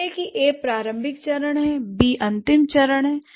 मान लें कि ए प्रारंभिक चरण है बी अंतिम चरण है